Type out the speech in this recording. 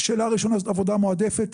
שאלה ראשונה: זאת עבודה מועדפת?